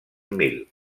mil